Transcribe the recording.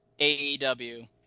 AEW